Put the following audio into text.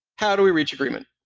how do we reach agreement?